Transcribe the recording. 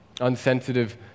Unsensitive